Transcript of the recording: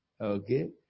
Okay